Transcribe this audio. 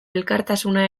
elkartasuna